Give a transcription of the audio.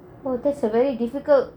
oh that's a very difficult